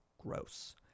Gross